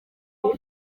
ati